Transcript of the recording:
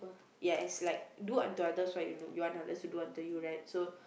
yes like do unto others what you want others to do unto you right so